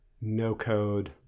no-code